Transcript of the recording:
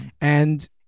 And-